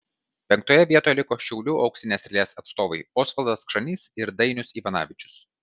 penktoje vietoje liko šiaulių auksinės strėlės atstovai osvaldas kšanys ir dainius ivanavičius